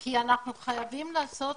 כי אנחנו חייבים לעשות